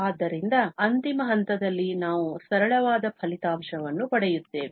ಆದ್ದರಿಂದ ಅಂತಿಮ ಹಂತದಲ್ಲಿ ನಾವು ಸರಳವಾದ ಫಲಿತಾಂಶವನ್ನು ಪಡೆಯುತ್ತೇವೆ